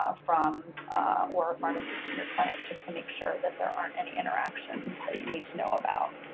ah from or a pharmacist in your clinic just to make sure that there aren't any interactions you need to know about.